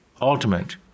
ultimate